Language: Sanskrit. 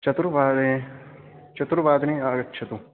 चतुर्वादने चतुर्वादने आगच्छतु